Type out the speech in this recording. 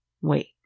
Wait